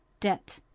debt,